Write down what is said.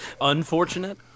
Unfortunate